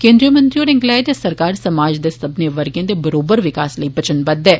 केंद्रीय मंत्री होरें गलाया जे सरकार समाज दे सब्बनें वर्गें दे बरोबर विकास लेई बचनबद्ध ऐ